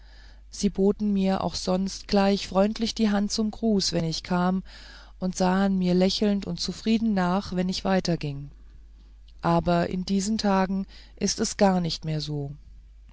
sie boten mir auch sonst gleich freundlich die hand zum gruß wenn ich kam und sahen mir lächelnd und zufrieden nach wenn ich weiterging aber in diesen tagen ist es gar nicht mehr so